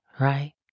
Right